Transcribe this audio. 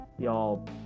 Y'all